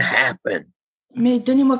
happen